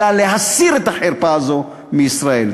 אלא להסיר את החרפה הזאת מישראל.